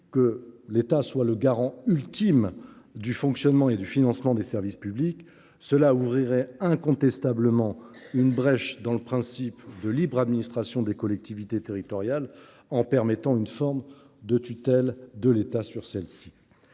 que l’État doit être le garant ultime du fonctionnement et du financement des services publics. Cela ouvrirait incontestablement une brèche dans le principe de libre administration des collectivités territoriales en permettant une forme de tutelle de l’État sur celles ci.